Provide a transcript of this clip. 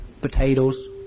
potatoes